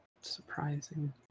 surprising